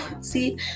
see